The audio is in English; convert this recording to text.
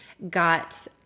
Got